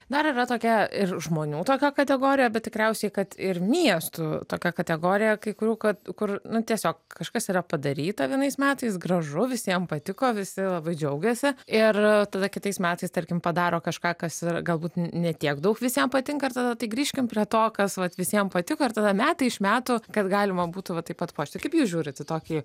dar yra tokia ir žmonių tokia kategorija bet tikriausiai kad ir miestų tokia kategorija kai kurių kad kur nu tiesiog kažkas yra padaryta vienais metais gražu visiem patiko visi labai džiaugiasi ir tada kitais metais tarkim padaro kažką kas yra galbūt ne tiek daug visiems patinka tada tai grįžkim prie to kas vat visiem patiko ir tada metai iš metų kad galima būtų va taip pat puošti kaip jūs žiūrit į tokį